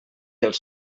els